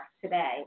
today